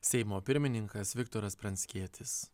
seimo pirmininkas viktoras pranckietis